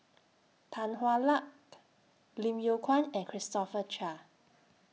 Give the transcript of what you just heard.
Tan Hwa Luck Lim Yew Kuan and Christopher Chia